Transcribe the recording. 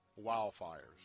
wildfires